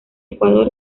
ecuador